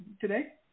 today